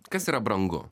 kas yra brangu